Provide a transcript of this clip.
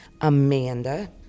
Amanda